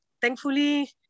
thankfully